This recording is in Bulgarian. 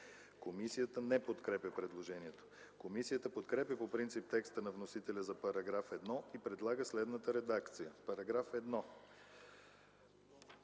Комисията подкрепя предложението. Комисията подкрепя по принцип текста на вносителя и предлага следната редакция на чл.